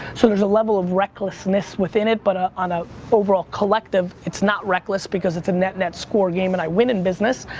so there's a level of recklessness within it, but on an ah overall collective, it's not reckless because it's a net net score game and i win in business.